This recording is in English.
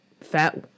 fat